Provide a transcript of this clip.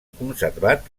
conservat